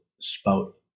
spout